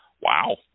wow